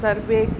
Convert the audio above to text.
सर्वे